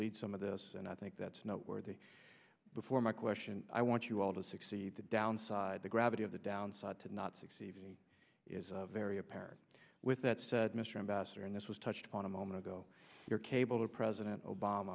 lead some of this and i think that's noteworthy before my question i want you all to succeed the downside the gravity of the downside to not succeeding is very apparent with that said mr ambassador and this was touched upon a moment ago your cable to president o